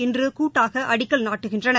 இன்று கூட்டாக அடிக்கல் நாட்டுகின்றனர்